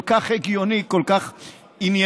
כל כך הגיוני, כל כך ענייני.